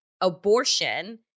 abortion